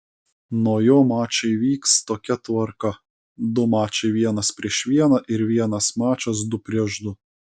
nuo jo mačai vyks tokia tvarka du mačai vienas prieš vieną ir vienas mačas du prieš du